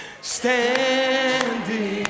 Standing